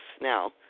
now